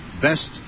Best